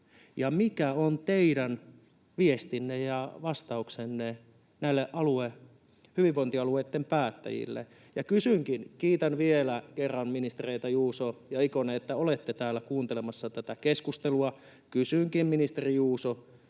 mikä on teidän viestinne ja vastauksenne näille hyvinvointialueitten päättäjille? Kiitän vielä kerran ministereitä Juuso ja Ikonen, että olette täällä kuuntelemassa tätä keskustelua, ja kysynkin, ministeri Juuso: